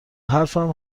حرفم